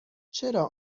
چرا